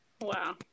Wow